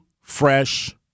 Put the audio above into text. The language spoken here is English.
fresh